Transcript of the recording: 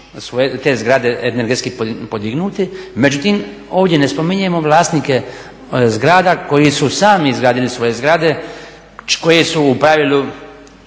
te zgrade energetski podignuti. Međutim ovdje ne spominjemo vlasnike zgrada koji su sami izgradili svoje zgrade, koji su u pravilu